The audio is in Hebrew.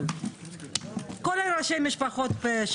אני חושב שפילוח